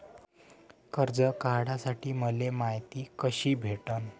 कर्ज काढासाठी मले मायती कशी भेटन?